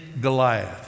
Goliath